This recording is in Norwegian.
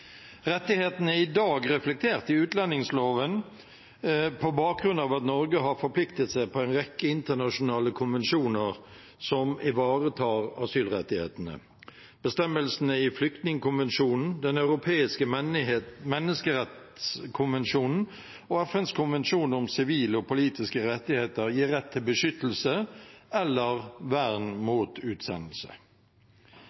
Rettighetene er i dag reflektert i utlendingsloven på bakgrunn av at Norge har forpliktet seg til en rekke internasjonale konvensjoner som ivaretar asylrettighetene. Bestemmelsene i flyktningkonvensjonen, Den europeiske menneskerettskonvensjon og FNs konvensjon om sivile og politiske rettigheter gir rett til beskyttelse eller vern